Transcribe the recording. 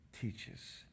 teaches